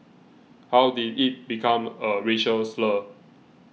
how did it become a racial slur